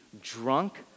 drunk